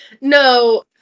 No